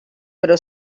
però